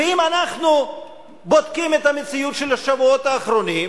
ואם אנחנו בודקים את המציאות של השבועות האחרונים,